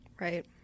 right